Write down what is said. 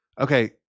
okay